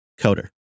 coder